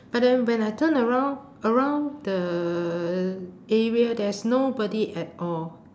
but then when I turn around around the area there's nobody at all